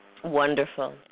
wonderful